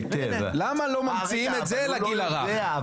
למה לא ממציאים את זה לגיל הרך?